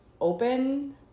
open